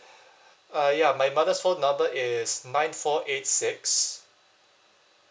uh ya my mother's phone number is nine four eight six